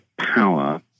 power